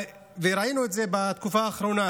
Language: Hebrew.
ראינו את זה בתקופה האחרונה,